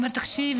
הוא אמר: תקשיבי,